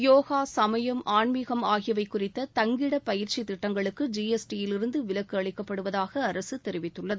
யோகா சமயம் ஆன்மீகம் ஆகியவை குறித்த தங்கிட பயிற்சி திட்டங்களுக்கு ஜிஎஸ்டியிலிருந்து விலக்கு அளிக்கப்படுவதாக அரசு தெரிவித்துள்ளது